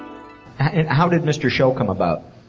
how did mr. show come about?